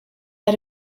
had